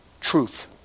truth